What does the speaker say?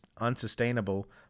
unsustainable